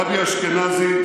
גבי אשכנזי,